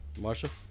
marsha